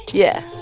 yeah,